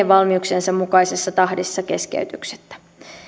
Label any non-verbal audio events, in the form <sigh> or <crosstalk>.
<unintelligible> valmiuksiensa mukaisessa tahdissa keskeytyksettä